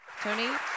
Tony